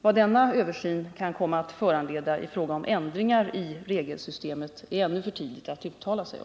Vad denna översyn kan komma att föranleda i fråga om ändringar i regelsystemet är det ännu för tidigt att uttala sig om.